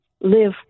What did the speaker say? live